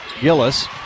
Gillis